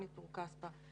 רני טור-כספא.